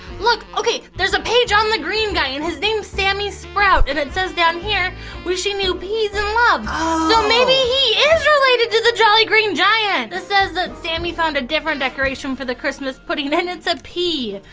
look, okay, there is a page on the green guy! and his name is sammy sprout, and it says down here wishing you peas and love! so maybe he is related to the jolly green giant! this says that sammy found a different decoration for the christmas pudding, and its a pea.